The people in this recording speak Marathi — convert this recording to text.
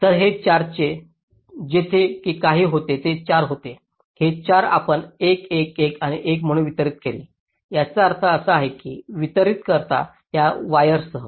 तर हे 4 येथे जे काही होते ते 4 होते हे 4 आपण 1 1 1 आणि 1 म्हणून वितरीत केले याचा अर्थ असा की आपण वितरीत करता त्या वायर्ससह